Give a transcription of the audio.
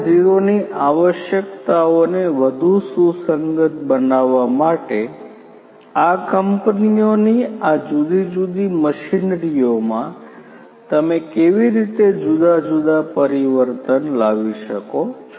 0 ની આવશ્યકતાઓને વધુ સુસંગત બનાવવા માટે આ કંપનીઓની આ જુદી જુદી મશીનરીઓમાં તમે કેવી રીતે જુદા જુદા પરિવર્તન લાવી શકો છો